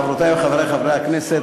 חברותי וחברי חברי הכנסת,